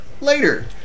later